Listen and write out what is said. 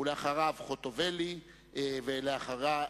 ואחריו,